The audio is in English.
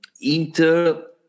Inter